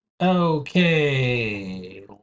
okay